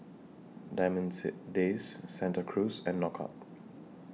Diamond Days Santa Cruz and Knockout